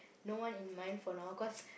no one in mind for now cause